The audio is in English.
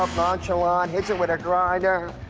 um nonchalant, hits it with a grinder,